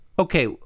Okay